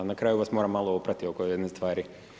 Na kraju vam moram malo oprati oko jedne stvari.